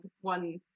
one